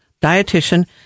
dietitian